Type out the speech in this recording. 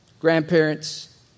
grandparents